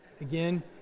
again